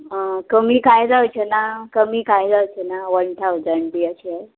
आं कमी कांय जावचें ना कमी कांय जावचें ना वन ठावजण बी अशे